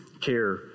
care